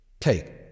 take